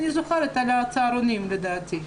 אני זוכרת על הצהרונים לדעתי.